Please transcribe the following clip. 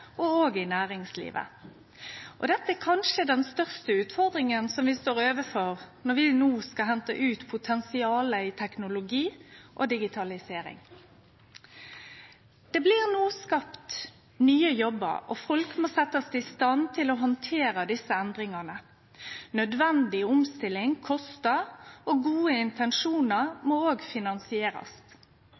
offentlege og i næringslivet. Dette er kanskje den største utfordringa vi står overfor når vi no skal hente ut potensialet i teknologi og digitalisering. Det blir no skapt nye jobbar, og folk må setjast i stand til å handtere desse endringane. Nødvendig omstilling kostar, og gode intensjonar må finansierast.